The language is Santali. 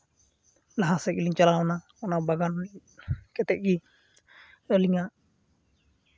ᱞᱟᱦᱟ ᱥᱮᱫ ᱜᱮᱞᱤᱧ ᱪᱟᱞᱟᱣᱱᱟ ᱚᱱᱟ ᱵᱟᱜᱟᱱ ᱠᱟᱛᱮᱫ ᱜᱮ ᱟᱹᱞᱤᱧᱟᱜ